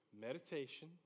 Meditation